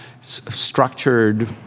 structured